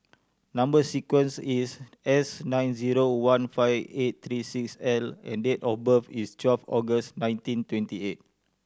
number sequence is S nine zero one five eight three six L and date of birth is twelve August nineteen twenty eight